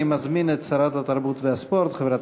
אני מזמין את שרת התרבות והספורט חברת